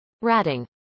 ratting